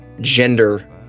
gender